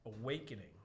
awakening